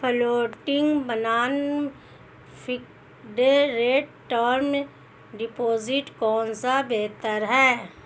Floating बनाम fixed rate term deposit कौन सा बेहतर है?